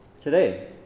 today